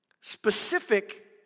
Specific